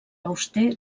auster